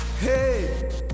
Hey